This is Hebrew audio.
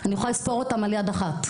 אני יכולה לספור אותן על יד אחת.